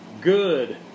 good